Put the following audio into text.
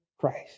Christ